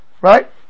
right